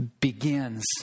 begins